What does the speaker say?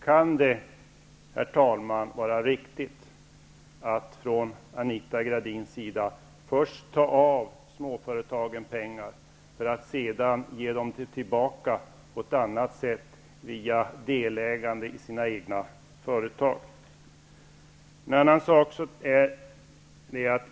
Kan det, herr talman, vara riktigt att från Anita Gradins sida först ta pengar från småföretagen för att sedan ge pengarna tillbaka på ett annat sätt via delägande i de egna företagen?